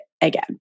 again